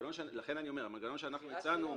לכן אני אומר שהמנגנון שאנחנו הצענו הוא